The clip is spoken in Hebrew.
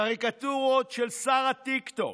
קריקטורות של שר הטיקטוק,